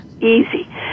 easy